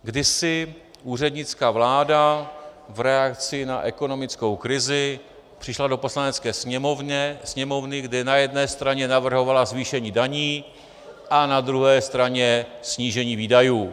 Kdysi úřednická vláda v reakci na ekonomickou krizi přišla do Poslanecké sněmovny, kde na jedné straně navrhovala zvýšení daní a na druhé straně snížení výdajů.